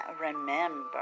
remember